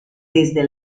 desde